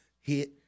hit